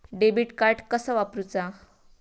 Debit card कसा वापरुचा?